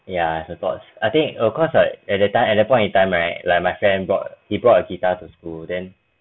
ya the thoughts I think of cause like at that time at that point in time right like my friend brought he brought a guitar to school then